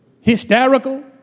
Hysterical